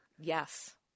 Yes